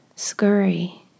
scurry